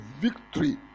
victory